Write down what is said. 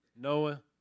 Noah